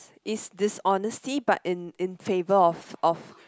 is dishonesty but in in favour of of